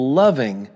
loving